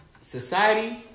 society